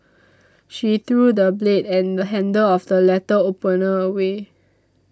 she threw the blade and handle of the letter opener away